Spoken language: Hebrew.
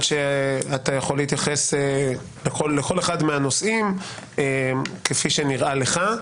אתה יכול להתייחס לכל אחד מהנושאים כפי שנראה לך.